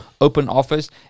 OpenOffice